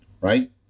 right